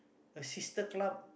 a sister club